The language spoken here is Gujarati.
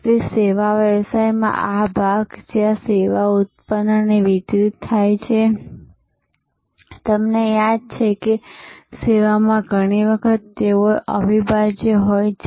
તેથી સેવા વ્યવસાયમાં આ ભાગ જ્યાં સેવા ઉત્પન્ન અને વિતરિત થાય છે તમને યાદ છે કે સેવામાં ઘણી વખત તેઓ અવિભાજ્ય હોય છે